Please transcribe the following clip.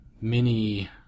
mini